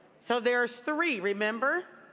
so there is three. remember?